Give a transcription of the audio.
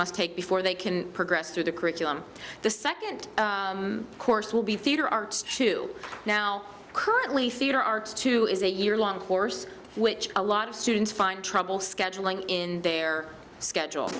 must take before they can progress through the curriculum the second course will be theater arts to now currently theatre arts two is a year long course which a lot of students find trouble scheduling in their schedule